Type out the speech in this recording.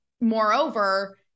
moreover